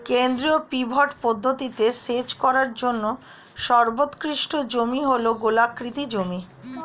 কেন্দ্রীয় পিভট পদ্ধতিতে সেচ করার জন্য সর্বোৎকৃষ্ট জমি হল গোলাকৃতি জমি